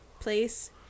place